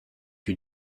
you